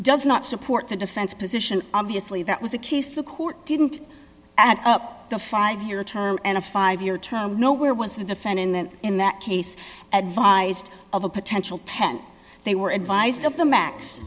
does not support the defense position obviously that was a case the court didn't add up the five year term and a five year term nowhere was in effect in that in that case advised of a potential ten they were advised of the max